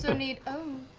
so need oh.